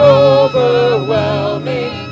overwhelming